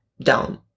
down